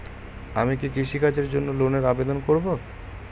আমি কি কৃষিকাজের জন্য লোনের আবেদন করব?